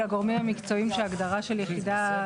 הגורמים המקצועיים שההגדרה של יחידה